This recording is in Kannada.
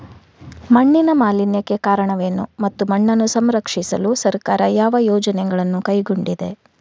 ಮಣ್ಣಿನ ಮಾಲಿನ್ಯಕ್ಕೆ ಕಾರಣವೇನು ಮತ್ತು ಮಣ್ಣನ್ನು ಸಂರಕ್ಷಿಸಲು ಸರ್ಕಾರ ಯಾವ ಯೋಜನೆಗಳನ್ನು ಕೈಗೊಂಡಿದೆ?